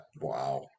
Wow